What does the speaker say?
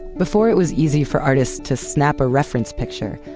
before it was easy for artists to snap a reference picture,